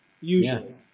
usually